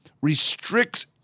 restricts